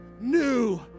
new